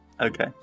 Okay